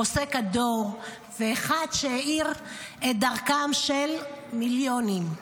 פוסק הדור ואחד שהאיר את דרכם של מיליונים.